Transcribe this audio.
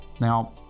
now